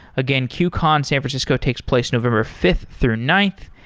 again, qcon san francisco takes place november fifth through ninth,